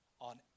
on